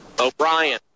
O'Brien